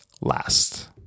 last